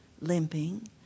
limping